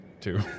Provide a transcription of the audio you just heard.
Two